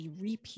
repeat